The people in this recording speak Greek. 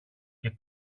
και